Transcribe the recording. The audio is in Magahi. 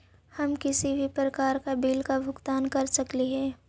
हम किसी भी प्रकार का बिल का भुगतान कर सकली हे?